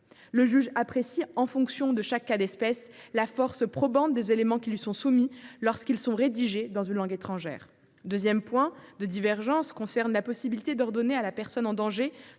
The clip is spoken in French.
Le juge apprécie, en fonction de chaque cas d’espèce, la force probante des éléments qui lui sont soumis lorsqu’ils sont rédigés dans une langue étrangère. Notre deuxième point de divergence concerne la possibilité donnée à la personne en danger